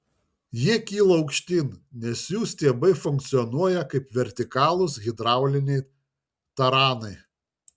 jie kyla aukštyn nes jų stiebai funkcionuoja kaip vertikalūs hidrauliniai taranai